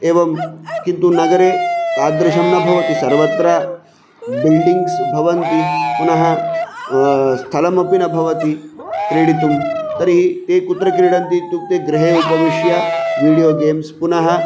एवं किन्तु नगरे तादृशं न भवति सर्वत्र बिल्डिङ्ग्स् भवन्ति पुनः स्थलमपि न भवति क्रीडितुं तर्हि ते कुत्र क्रीडन्ति इत्युक्ते गृहे उपविश्य वीडियो गेंस् पुनः